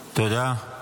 תודה.